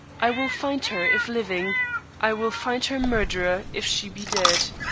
i will find her if living i will find her murderer if she be dead.